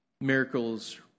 miracles